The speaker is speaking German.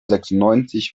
sechsundneunzig